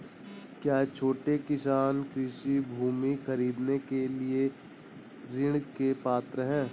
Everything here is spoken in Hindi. क्या छोटे किसान कृषि भूमि खरीदने के लिए ऋण के पात्र हैं?